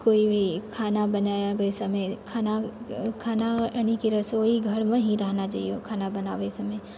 कोइ भी खाना बनाबै समय खाना खाना यानी रसोइघरमे ही रहना चाहिओ खाना बनाबै समय